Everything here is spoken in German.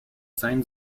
sein